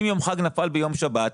אם יום חג נפל ביום שבת,